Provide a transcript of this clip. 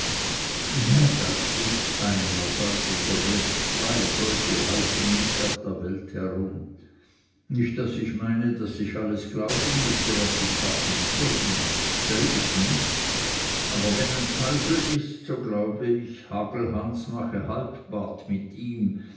ja das ist einer sagte der wirt zwei solche laufen nicht auf der welt herum nicht daß ich meine daß ich alles glauben müsse was die pfaffen stürmen selb ist nicht aber wenn ein teufel ist so glaube ich hagelhans mache halbpart mit ihm